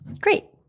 great